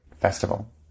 festival